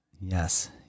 Yes